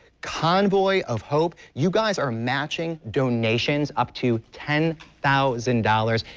convoy of hope. you guys are matching donations up to ten thousand dollars.